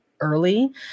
early